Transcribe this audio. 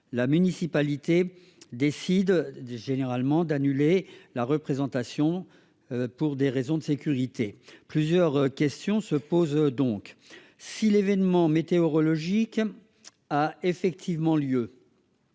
la municipalité décide alors d'annuler la représentation pour des raisons de sécurité. Plusieurs questions se posent alors. Si l'événement météorologique a effectivement lieu,